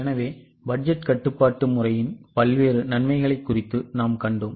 எனவே பட்ஜெட் கட்டுப்பாட்டு முறையின் பல்வேறு நன்மைகளை குறித்து நாம் கண்டோம்